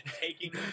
taking